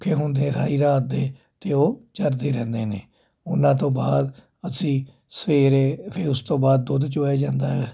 ਭੁੱਖੇ ਹੁੰਦੇ ਨੇ ਰਾਤ ਦੇ ਅਤੇ ਉਹ ਚਰਦੇ ਰਹਿੰਦੇ ਨੇ ਉਹਨਾਂ ਤੋਂ ਬਾਅਦ ਅਸੀਂ ਸਵੇਰੇ ਉਸ ਤੋਂ ਬਾਅਦ ਦੁੱਧ ਚੋਇਆ ਜਾਂਦਾ ਹੈ